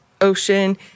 ocean